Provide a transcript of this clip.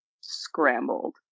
scrambled